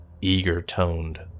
eager-toned